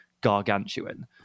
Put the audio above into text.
gargantuan